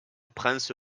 prince